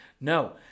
No